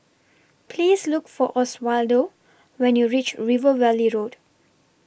Please Look For Oswaldo when YOU REACH River Valley Road